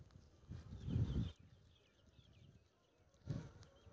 भारत मे घोड़ा सं लए कए सुअर धरि अनेक तरहक पशुधन छै